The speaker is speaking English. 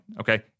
okay